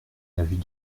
l’avis